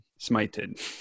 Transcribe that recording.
smited